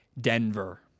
Denver